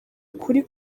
ukuri